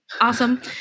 awesome